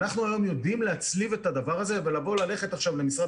אנחנו היום יודעים להצליב את הדבר הזה וללכת עכשיו למשרד